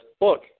look